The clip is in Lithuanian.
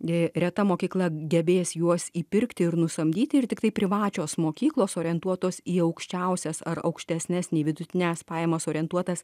reta mokykla gebės juos įpirkti ir nusamdyti ir tiktai privačios mokyklos orientuotos į aukščiausias ar aukštesnes nei vidutines pajamas orientuotas